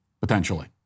potentially